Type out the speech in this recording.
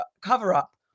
cover-up